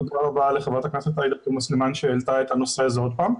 תודה רבה לחברת הכנסת עאידה תומא סלימאן שהעלתה את הנושא הזה עוד פעם.